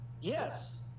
Yes